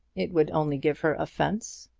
it would only give her offence.